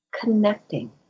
connecting